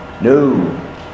No